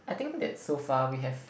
I think that so far we have